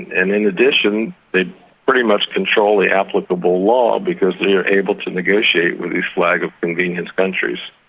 and in addition, they pretty much control the applicable law, because they are able to negotiate with these flag of convenience countries.